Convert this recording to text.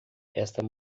esta